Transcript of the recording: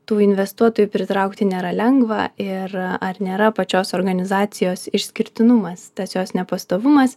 tų investuotojų pritraukti nėra lengva ir ar nėra pačios organizacijos išskirtinumas tas jos nepastovumas